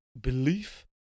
belief